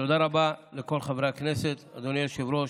תודה רבה לכל חברי הכנסת, אדוני היושב-ראש,